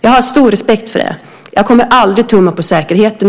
Jag har stor respekt för det. Jag kommer aldrig att tumma på säkerheten.